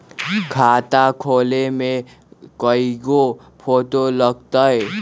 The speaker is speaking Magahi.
खाता खोले में कइगो फ़ोटो लगतै?